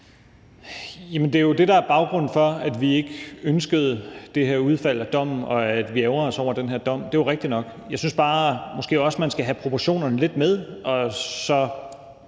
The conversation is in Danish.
det er jo det, der er baggrunden for, at vi ikke ønskede det her udfald af dommen, og at vi ærgrer os over den her dom. Det er rigtigt nok. Jeg synes måske også bare, man skal have proportionerne lidt med,